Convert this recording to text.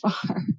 far